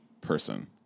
person